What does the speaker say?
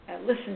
listen